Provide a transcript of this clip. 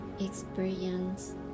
experience